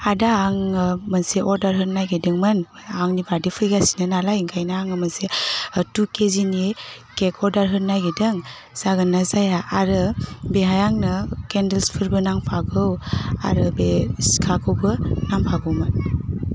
आदा आङो मोनसे अर्डार होनो नागिदोंमोन आंनि बार्डे फैगासिनो नालाय ओंखायनो आङो मोनसे टु केजिनि केक अर्डार होनो नागिदों जागोनना जाया आरो बेहाय आंनो केन्डेल्सफोरबो नांफागौ आरो बे सिखाखौबो नांफागौमोन